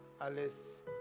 Alice